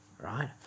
right